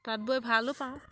তাঁত বৈ ভালো পাওঁ